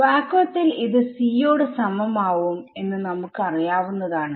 വാക്വത്തിൽ ഇത് c യോട് സമം ആവും എന്ന് നമുക്ക് അറിയാവുന്നതാണ്